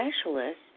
specialists